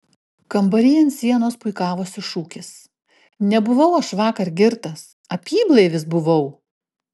kambary ant sienos puikavosi šūkis nebuvau aš vakar girtas apyblaivis buvau